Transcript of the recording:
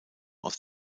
aus